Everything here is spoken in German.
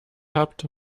habt